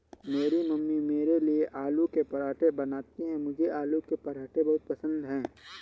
मेरी मम्मी मेरे लिए आलू के पराठे बनाती हैं मुझे आलू के पराठे बहुत पसंद है